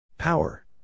Power